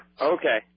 Okay